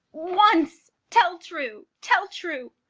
once tell true tell true,